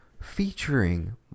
featuring